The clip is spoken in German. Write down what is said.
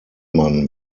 man